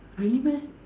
really meh